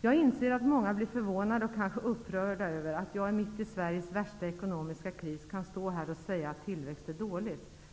Jag inser att många blir förvånade och kanske upprörda över att jag mitt i Sveriges värsta ekonomiska kris kan stå här och säga att det är dåligt att ha tillväxt.